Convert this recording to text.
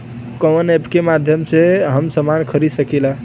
कवना ऐपके माध्यम से हम समान खरीद सकीला?